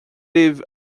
libh